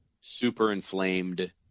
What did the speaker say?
super-inflamed